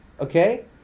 Okay